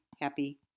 happy